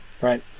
Right